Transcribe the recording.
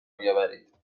بیاورید